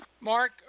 Mark